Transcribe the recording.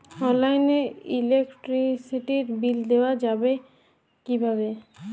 অনলাইনে ইলেকট্রিসিটির বিল দেওয়া যাবে কিভাবে?